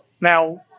Now